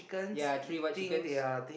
yea three white chickens